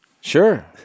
Sure